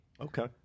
Okay